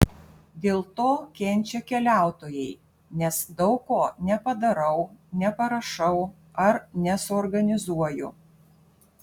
dėl to kenčia keliautojai nes daug ko nepadarau neparašau ar nesuorganizuoju